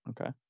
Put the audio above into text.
Okay